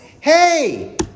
Hey